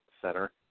Center